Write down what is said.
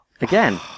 Again